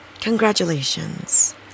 Congratulations